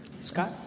Scott